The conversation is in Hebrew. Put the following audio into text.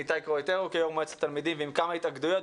איתי קרויטורו כיו"ר מועצת התלמידים ועם כמה התאגדויות.